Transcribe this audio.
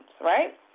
right